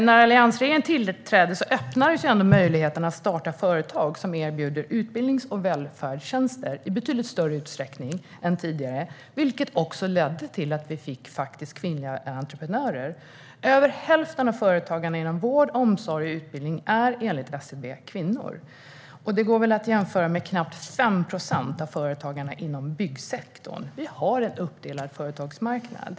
När alliansregeringen tillträdde öppnades möjligheter att starta företag som erbjuder utbildnings och välfärdstjänster i betydligt större utsträckning än tidigare, vilket också ledde till att vi fick kvinnliga entreprenörer. Över hälften av företagarna inom vård, omsorg och utbildning är enligt SCB kvinnor. Det går att jämföra med att det är knappt 5 procent av företagarna inom byggsektorn som är kvinnor. Vi har en uppdelad företagsmarknad.